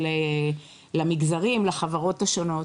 למגזרים ולחברות השונות.